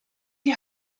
die